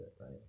right